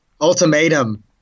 ultimatum